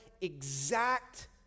exact